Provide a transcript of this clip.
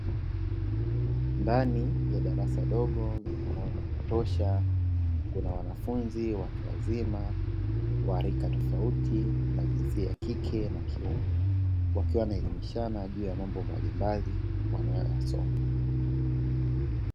Ndani ya darasa dogo lenye mwanga wa kutosha, kuna wanafunzi watu wazima, wa rika tofauti na jinsia ya kike na kiume wakiwa wanaelimishana juu ya mambo mbalimbali wanayoyasoma.